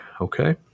Okay